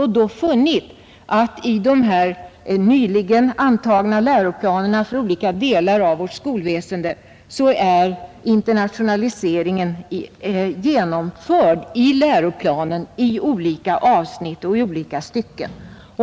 Vi har funnit att internationaliseringen är genomförd i olika avsnitt och olika stycken i de nyligen antagna läroplanerna.